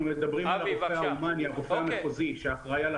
אנחנו מדברים על הרופא המחוזי שאחראי על